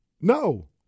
No